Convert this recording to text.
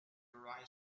write